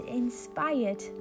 inspired